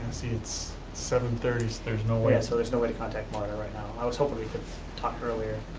see it's seven thirty, so there's no way yeah, so there's no way to contact moira right now. i was hoping we could talk earlier.